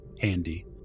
handy